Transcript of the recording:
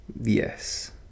yes